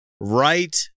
right